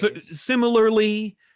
similarly